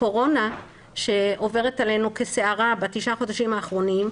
הקורונה שעוברת עלינו כסערה בתשעת החודשים האחרונים,